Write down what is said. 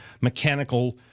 mechanical